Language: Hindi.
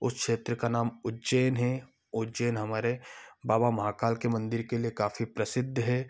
उस क्षेत्र का नाम उज्जैन है उज्जैन हमारे बाबा महाकाल के मंदिर के लिए काफी प्रसिद्ध है